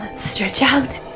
stretch out